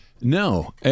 No